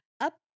up